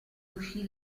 uscì